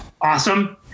awesome